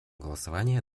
голосования